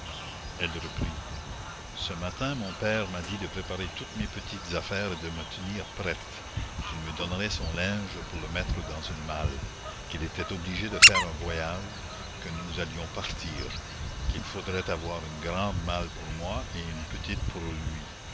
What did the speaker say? elle reprit ce matin mon père m'a dit de préparer toutes mes petites affaires et de me tenir prête qu'il me donnerait son linge pour le mettre dans une malle qu'il était obligé de faire un voyage que nous allions partir qu'il faudrait avoir une grande malle pour moi et une petite pour lui